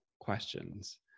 questions